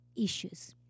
issues